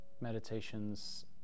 meditations